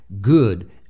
good